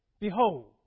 Behold